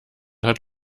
hat